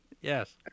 yes